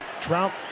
Trout